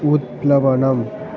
उत्प्लवनम्